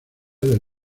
del